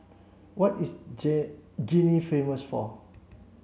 what is Guinea famous for